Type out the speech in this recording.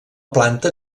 planta